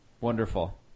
Wonderful